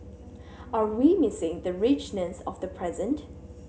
are we missing the richness of the present